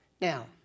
Now